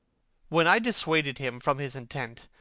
when i dissuaded him from his intent,